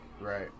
Right